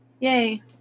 Yay